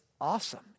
awesome